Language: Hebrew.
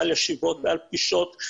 על ישיבות ועל פגישות.